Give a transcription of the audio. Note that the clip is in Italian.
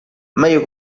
meglio